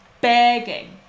begging